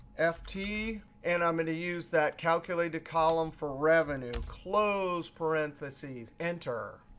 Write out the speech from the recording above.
f t, and i'm going to use that calculated column for revenue. close parentheses, enter.